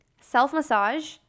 Self-massage